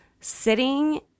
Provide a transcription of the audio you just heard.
sitting